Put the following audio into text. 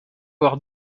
avoir